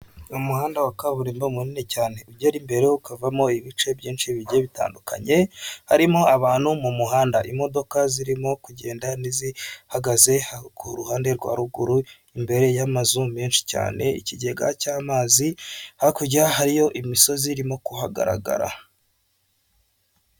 Umuhanda wa kaburimbo munini cyane ugera imbere ukavamo ibice byinshi bigiye bitandukanye, harimo abantu mu muhanda imodoka zirimo kugenda n'izihagaze ku ruhande rwa ruguru imbere y'amazu menshi cyane, ikigega cy'amazi, hakurya hariyo imisozi irimo kuhagaragara.